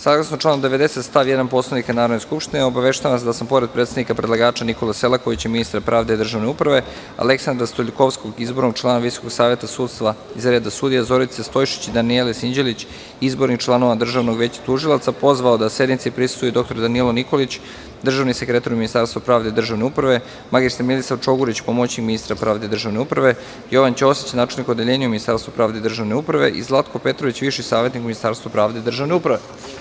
Saglasno članu 90. stav 1. Poslovnika Narodne skupštine obaveštavam vas da sam pored predsednika predlagača Nikole Selakovića, ministra pravde i državne uprave, Aleksandra Stoiljkovskog, izbornog člana Visokog saveta sudstva iz reda sudija, Zorice Stojšić, Danijele Sinđelić, izbonih članova državnog Veća tužilaca, pozvao da sednici prisutvuje i dr Danilo Nikolić, državni sekretar u Ministarstvu pravde i državne uprave, mr Milica Čogurić, pomoćnik ministrapravde i državne uprave, Jovan Ćosić, načelnik odeljenja u Ministarstvu pravde i državne uprave i Zlatko Petrović, viši savetnik u Ministarstvu pravde i državne uprave.